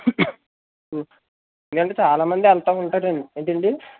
ఎందుకంటే చాలా మంది వెళ్తూ ఉంటారండి ఏంటండి